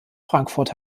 frankfurt